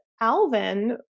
Alvin